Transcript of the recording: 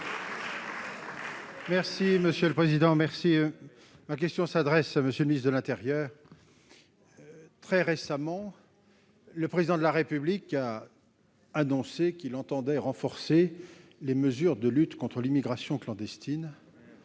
Les Républicains. Ma question s'adresse à M. le ministre de l'intérieur. Très récemment, le Président de la République a annoncé qu'il entendait renforcer les mesures de lutte contre l'immigration clandestine,